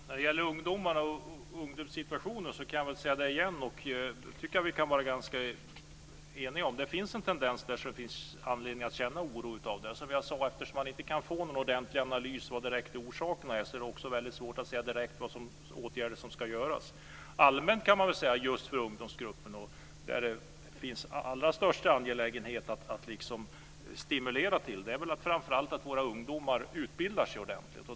Fru talman! När det gäller ungdomarna och ungdomssituationen kan jag säga igen att det finns en tendens som det finns anledning att känna oro för - och det tycker jag att vi kan vara ganska eniga om. Eftersom man inte kan få någon ordentlig analys av vad orsakerna är är det väldigt svårt att säga direkt vilka åtgärder som ska vidtas. Allmänt kan man väl säga just om ungdomsgruppen att det är mycket angeläget att framför allt stimulera våra ungdomar till att utbilda sig ordentligt.